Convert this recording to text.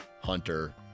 hunter